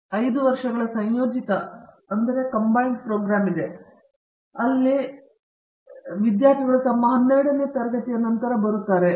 ನಮಗೆ 5 ವರ್ಷಗಳ ಸಂಯೋಜಿತ ಕಾರ್ಯಕ್ರಮವಿದೆ ಅಲ್ಲಿ ವಿದ್ಯಾರ್ಥಿಗಳು ತಮ್ಮ 12 ನೇ ತರಗತಿಯ ನಂತರ ಬರುತ್ತಾರೆ